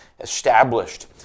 established